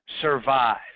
survive